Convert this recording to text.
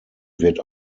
wird